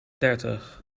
dertig